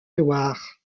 loire